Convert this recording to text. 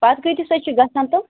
پَتہٕ کۭتِس حظ چھِ گژھان تِم